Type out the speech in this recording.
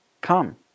come